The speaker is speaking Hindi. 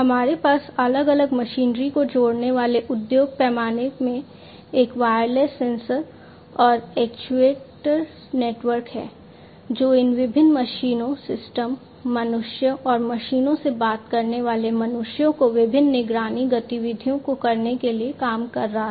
हमारे पास अलग अलग मशीनरी को जोड़ने वाले उद्योग पैमाने में एक वायरलेस सेंसर और एक्चुएटर नेटवर्क है जो इन विभिन्न मशीनों सिस्टम मनुष्यों और मशीनों से बात करने वाले मनुष्यों की विभिन्न निगरानी गतिविधियों को करने के लिए काम कर रहा है